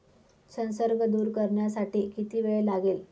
संसर्ग दूर करण्यासाठी किती वेळ लागेल?